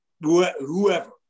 whoever